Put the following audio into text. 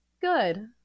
good